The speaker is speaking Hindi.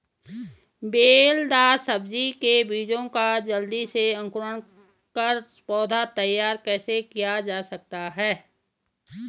बेलदार सब्जी के बीजों का जल्दी से अंकुरण कर पौधा तैयार कैसे किया जा सकता है?